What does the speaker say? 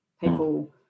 people